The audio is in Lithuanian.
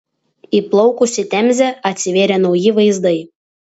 įplaukus į temzę atsivėrė nauji vaizdai